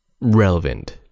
relevant